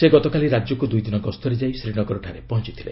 ଶ୍ରୀ ଗତକାଲି ରାଜ୍ୟକୁ ଦୁଇ ଦିନ ଗସ୍ତରେ ଯାଇ ଶ୍ରୀନଗରଠାରେ ପହଞ୍ଚଥିଲେ